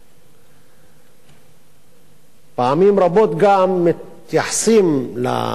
פעמים רבות גם מתייחסים לאמירות כאלה בסלחנות מסוימת,